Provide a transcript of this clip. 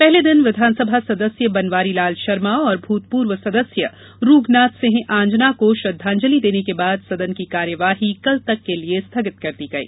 पहले दिन विधानसभा सदस्य बनवारीलाल शर्मा और भूतपूर्व सदस्य रूगनाथ सिंह आंजना को श्रद्वांजलि देने के बाद सदन की कार्यवाही कल तक के लिए स्थगित कर दी गई